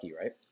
right